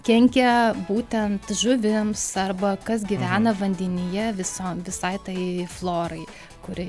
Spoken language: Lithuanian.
kenkia būtent žuvims arba kas gyvena vandenyje visom visai tai florai kuri